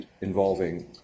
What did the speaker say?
involving